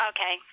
Okay